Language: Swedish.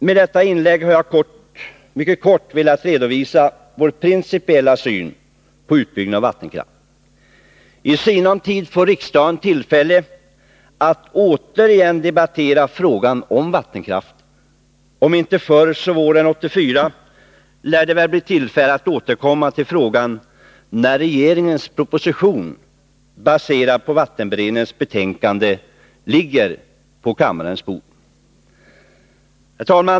Med detta inlägg har jag mycket kort velat redovisa partiets principiella syn på utbyggnad av vattenkraft. I sinom tid får riksdagen tillfälle att återigen debattera frågan om vattenkraften. Om inte förr så lär det väl våren 1984 bli tillfälle att återkomma till frågan, när regeringens proposition, baserad på vattenberedningens betänkande, ligger på riksdagens bord.